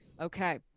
Okay